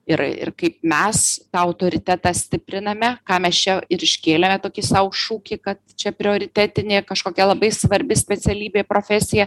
ir ir kaip mes tą autoritetą stipriname ką mes čia ir iškėlėme tokį sau šūkį kad čia prioritetinė kažkokia labai svarbi specialybė profesija